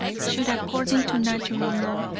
should according to natural law,